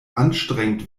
anstrengend